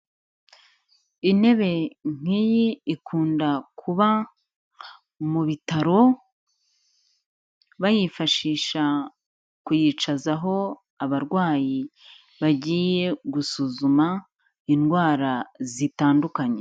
Intebe nk'iyi ikunda kuba mu bitaro, bayifashisha kuyicazaho abarwayi bagiye gusuzuma indwara zitandukanye.